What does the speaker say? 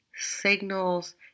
signals